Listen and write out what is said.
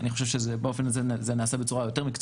ואני חושב שבאופן הזה זה נעשה בצורה יותר קיצונית,